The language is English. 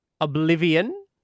Oblivion